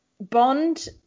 Bond